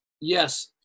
Yes